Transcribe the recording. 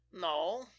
no